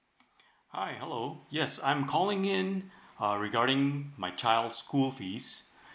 hi hello yes I'm calling in uh regarding my child's school fees